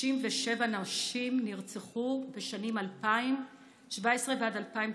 67 נשים נרצחו בשנים 2017 עד 2019,